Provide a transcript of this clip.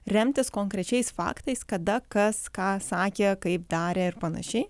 remtis konkrečiais faktais kada kas ką sakė kaip darė ir panašiai